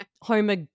Homer